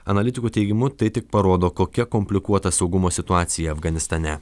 analitikų teigimu tai tik parodo kokia komplikuota saugumo situacija afganistane